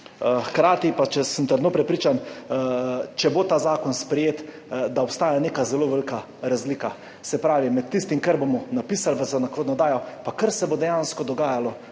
Hkrati pa sem trdno prepričan, če bo ta zakon sprejet, da obstaja neka zelo velika razlika, se pravi med tistim, kar bomo napisali v zakonodajo, in tem, kar se bo dejansko dogajalo